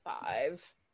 five